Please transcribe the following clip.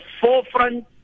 forefront